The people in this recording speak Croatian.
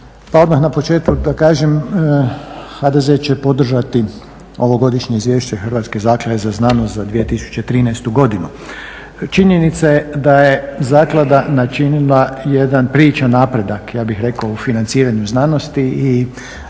Pa odmah na početku da kažem, HDZ će podržati ovogodišnje izvješće Hrvatske zaklade za znanost za 2013. godinu. Činjenica je da je zaklada načinila jedan priličan napredak ja bih rekao u financiranju znanosti i